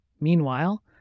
Meanwhile